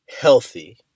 healthy